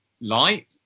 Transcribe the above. light